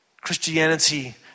Christianity